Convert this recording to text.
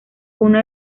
uno